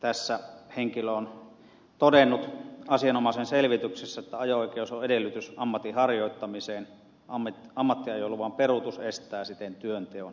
tässä henkilö on todennut asianomaisen selvityksessä että ajo oikeus on edellytys ammatinharjoittamiseen ammattiajoluvan peruutus estää siten työnteon